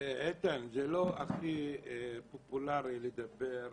זה בגלל הפעילות שלכם.